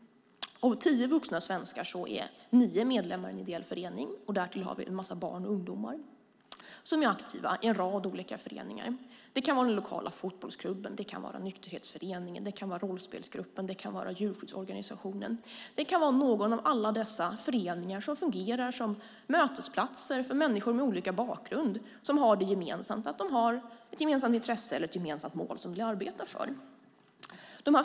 Av tio vuxna svenskar är nio medlemmar i en ideell förening, därtill kommer en massa barn och ungdomar som är aktiva i en rad olika föreningar. Det kan vara den lokala fotbollsklubben, nykterhetsföreningen, rollspelsgruppen eller djurskyddsorganisationen. Det kan vara någon av alla de föreningar som fungerar som mötesplatser för människor med olika bakgrund som har ett gemensamt intresse eller ett gemensamt mål som de arbetar för.